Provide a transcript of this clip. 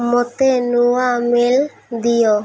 ମୋତେ ନୂଆ ମେଲ୍ ଦିଅ